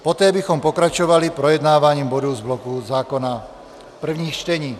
Poté bychom pokračovali projednáváním bodů z bloku zákona prvních čtení.